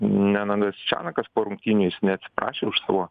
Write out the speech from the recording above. nenandas čianakas po rungtynių jis neatsiprašė už savo